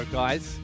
guys